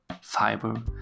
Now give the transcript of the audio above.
fiber